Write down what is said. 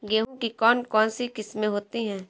गेहूँ की कौन कौनसी किस्में होती है?